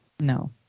No